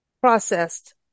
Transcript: processed